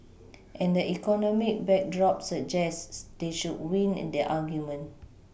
and the economic backdrop suggests they should win the argument